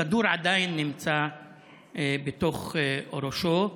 הכדור עדיין נמצא בתוך ראשו.